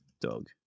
dog